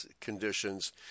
conditions